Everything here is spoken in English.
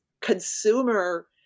consumer